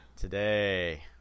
Today